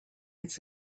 it’s